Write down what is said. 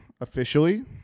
officially